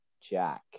Jack